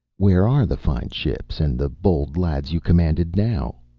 where are the fine ships and the bold lads you commanded, now?